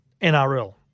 NRL